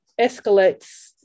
escalates